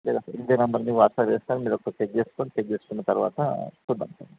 ఇదే నెంబర్కి వాట్సప్ చేస్తాను మీరు ఒకసారి చెక్ చేసుకోండి చెక్ చేసుకున్న తరువాత చూద్దాం సార్